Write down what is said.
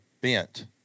bent